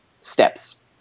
steps